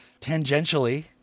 Tangentially